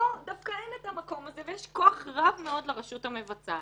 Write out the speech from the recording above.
פה דווקא אין את המקום הזה ויש כוח רב מאוד לרשות המבצעת.